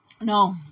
No